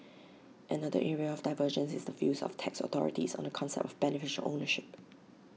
another area of divergence is the views of tax authorities on the concept of beneficial ownership